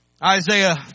Isaiah